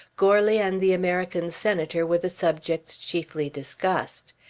goarly and the american senator were the subjects chiefly discussed.